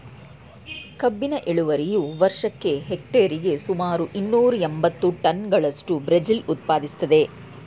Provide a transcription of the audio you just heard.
ಕಬ್ಬಿನ ಇಳುವರಿಯು ವರ್ಷಕ್ಕೆ ಹೆಕ್ಟೇರಿಗೆ ಸುಮಾರು ಇನ್ನೂರ ಎಂಬತ್ತು ಟನ್ಗಳಷ್ಟು ಬ್ರೆಜಿಲ್ ಉತ್ಪಾದಿಸ್ತದೆ